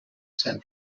san